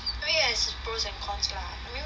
so it has its pros and cons lah